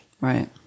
Right